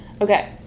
Okay